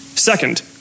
Second